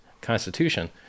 constitution